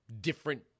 different